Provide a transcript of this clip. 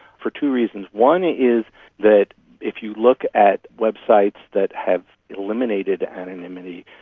for two reasons. one is that if you look at websites that have eliminated anonymity,